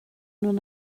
bhfuil